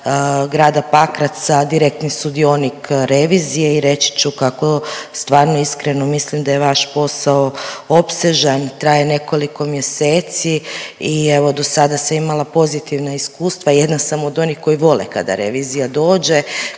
grada Pakraca direktni sudionik revizije i reći ću kako stvarno iskreno mislim da je vaš posao opsežan, traje nekoliko mjeseci i evo, do sada sam imala pozitivna iskustva, jedna sam od onih koji vole kada revizija dođe,